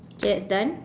okay that's done